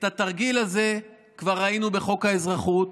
את התרגיל הזה כבר ראינו בחוק האזרחות.